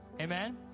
Amen